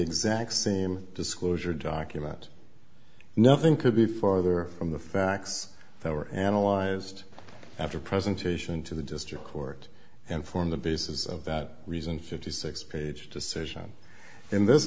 exact same disclosure document nothing could be farther from the facts that were analyzed after presentation to the district court and form the basis of that reason fifty six page decision in this